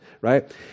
right